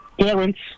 Parents